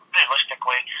realistically